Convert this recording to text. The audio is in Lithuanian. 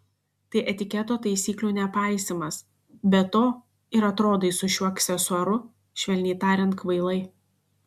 tai etiketo taisyklių nepaisymas be to ir atrodai su šiuo aksesuaru švelniai tariant kvailai